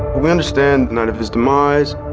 we understand none of his demise.